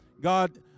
God